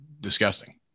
disgusting